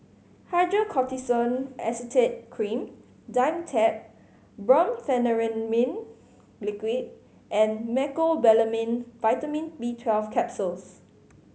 Hydrocortisone Acetate Cream Dimetapp Brompheniramine Liquid and Mecobalamin Vitamin B Twelve Capsules